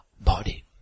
body